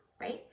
right